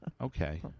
Okay